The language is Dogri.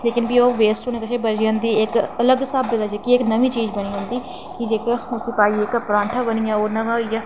ते भी ओह् वेस्ट होने कोला बची जंदी इक्क स्हाबै दी ते इक्क नमी चीज़ बनी जंदी की ओह् जेह्का परांठा बनी आ ओह् नमां बनी आ